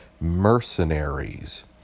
mercenaries